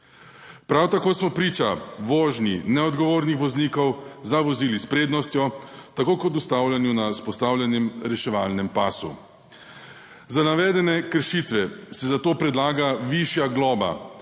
Prav tako smo priča vožnji neodgovornih voznikov za vozili s prednostjo, tako kot ustavljanju na vzpostavljenem reševalnem pasu. Za navedene kršitve se za to predlaga višja globa,